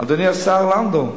אדוני השר לנדאו,